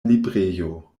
librejo